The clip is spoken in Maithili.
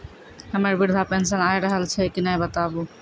हमर वृद्धा पेंशन आय रहल छै कि नैय बताबू?